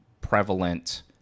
prevalent